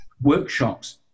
workshops